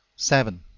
seven.